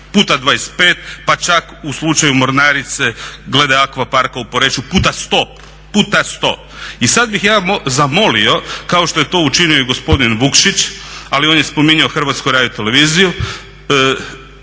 puta 25, pa čak u slučaju mornarice, glede Akvaparka u Poreču puta 100. I sada bih ja zamolio kao što je to učinio i gospodin Vukšić, ali on je spominjao HRT poštovana